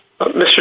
Mr